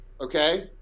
okay